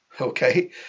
okay